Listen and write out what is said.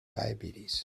diabetes